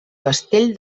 castell